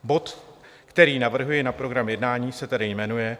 Bod, který navrhuji na program jednání, se tedy jmenuje